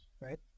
right